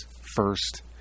first